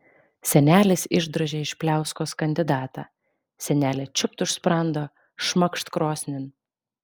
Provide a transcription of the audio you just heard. senelis išdrožė iš pliauskos kandidatą senelė čiūpt už sprando šmakšt krosnin